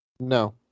No